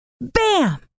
Bam